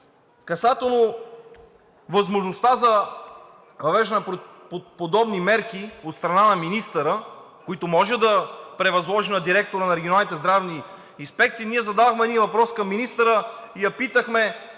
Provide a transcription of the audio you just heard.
касателно е възможността за въвеждане на подобни мерки от страна на министъра, които може да превъзложи на директора на регионалните здравни инспекции, ние зададохме един въпрос към министъра и я питахме